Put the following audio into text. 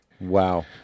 Wow